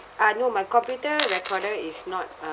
ah no my computer recorder is not uh